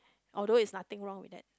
although is nothing wrong with that